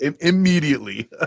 immediately